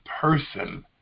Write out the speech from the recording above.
person